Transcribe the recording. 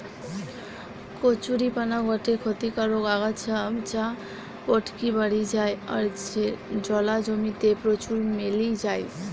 কচুরীপানা গটে ক্ষতিকারক আগাছা যা পটকি বাড়ি যায় আর জলা জমি তে প্রচুর মেলি যায়